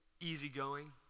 easygoing